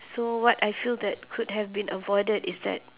so what I feel that could have been avoided is that